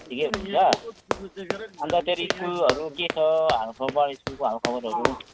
ठिकै हुनुहुन्छ अन्त तेरो स्कुलहरू के छ हालखबर स्कुलको हालखबरहरू